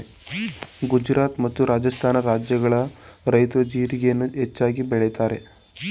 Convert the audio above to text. ಗುಜರಾತ್ ಮತ್ತು ರಾಜಸ್ಥಾನ ರಾಜ್ಯಗಳ ರೈತ್ರು ಜೀರಿಗೆಯನ್ನು ಹೆಚ್ಚಾಗಿ ಬೆಳಿತರೆ